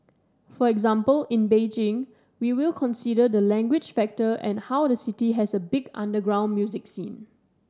for example in Beijing we will consider the language factor and how the city has a big underground music scene